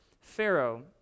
Pharaoh